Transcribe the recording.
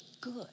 good